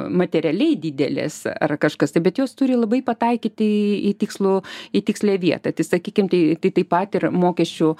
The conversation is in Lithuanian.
materialiai didelės ar kažkas tai bet jos turi labai pataikyti į tikslų į tikslią vietą tai sakykim tai tai taip pat ir mokesčių